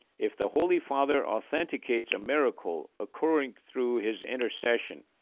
if the holy father authenticates a miracle occurring through his intercession,